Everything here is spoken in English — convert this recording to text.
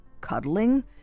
cuddling